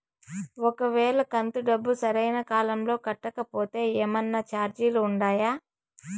ఒక వేళ కంతు డబ్బు సరైన కాలంలో కట్టకపోతే ఏమన్నా చార్జీలు ఉండాయా?